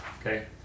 Okay